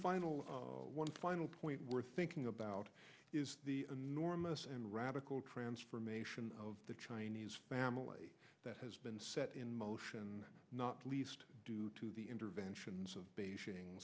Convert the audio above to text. final one final point we're thinking about is the enormous and radical transformation of the chinese family that has been set in motion not least due to the interventions of beijing